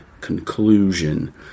conclusion